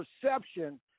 perception